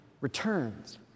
returns